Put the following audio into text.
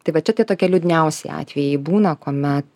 tai va čia tie tokie liūdniausiai atvejai būna kuomet